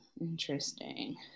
Interesting